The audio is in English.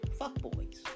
fuckboys